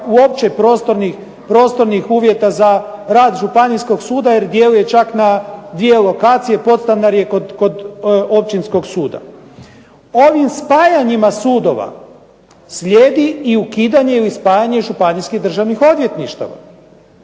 uopće prostornih uvjeta za rad županijskog suda jer djeluje čak na dvije lokacije podstanar je kod općinskog suda. Ovim spajanjima sudova slijedi ukidanje ili spajanje županijskih državnih odvjetništava.